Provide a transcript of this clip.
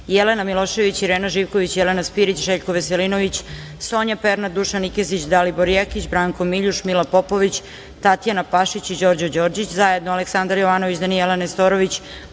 Jelena Milošević, Irena Živković, Jelena Spirić, Željko Veselinović, Sonja Pernat, Dušan Nikezić, Dalibor Jekić, Branko Miljuš, Milan Popović, Tatjana Pašić i Đorđe Đorđić, zajedno - Aleksandar Jovanović, Danijela Nestorović,